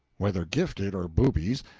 whether gifted or boobies,